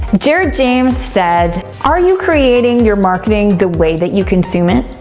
jared james said, are you creating your marketing the way that you consume it?